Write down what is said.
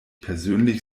persönlich